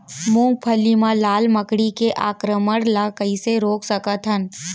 मूंगफली मा लाल मकड़ी के आक्रमण ला कइसे रोक सकत हन?